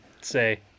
say